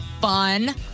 Fun